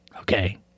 okay